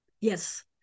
Yes